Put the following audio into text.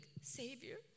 Savior